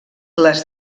les